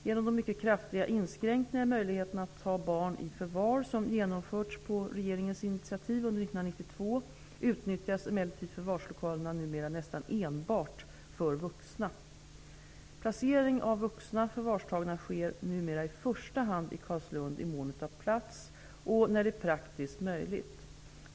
Genom de mycket kraftiga inskränkningar i möjligheten att ta barn i förvar, som genomförts på regeringens initiativ under år 1992, utnyttjas emellertid förvarslokalerna numera nästan enbart för vuxna. Placering av vuxna förvarstagna sker numera i första hand i Carlslund i mån av plats och när det är praktiskt möjligt.